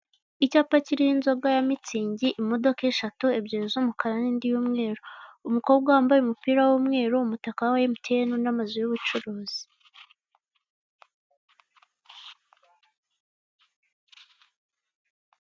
Icyapa kiriho inzoga ya mitsingi, imodoka eshatu, ebyiri z'umukara n'indi y'umweru, umukobwa wambaye umupira w'umweru, umutaka wa emutiyene n'amazu y'ubucuruzi.